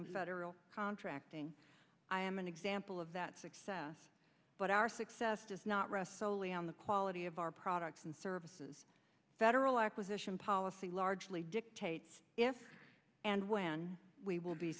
in federal contracting i am an example of that success but our success does not rest soley on the quality of our products and services federal acquisition policy largely dictates if and when we will be